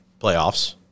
playoffs